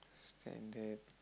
stand there